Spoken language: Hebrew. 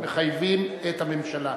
מחייבים את הממשלה.